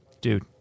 dude